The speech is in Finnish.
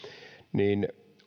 niin